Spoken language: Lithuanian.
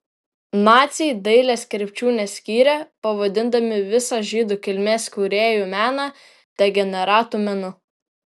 naciai dailės krypčių neskyrė pavadindami visą žydų kilmės kūrėjų meną degeneratų menu